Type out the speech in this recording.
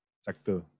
sector